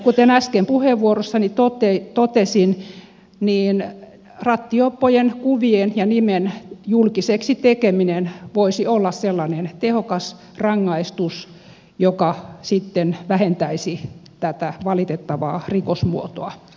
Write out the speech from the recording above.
kuten äsken puheenvuorossani totesin rattijuoppojen kuvien ja nimien julkiseksi tekeminen voisi olla sellainen tehokas rangaistus joka sitten vähentäisi tätä valitettavaa rikosmuotoa